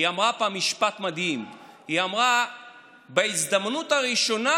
היא אמרה פעם משפט מדהים: בהזדמנות הראשונה